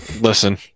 Listen